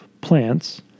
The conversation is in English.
plants